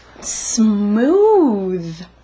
smooth